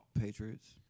Patriots